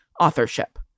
authorship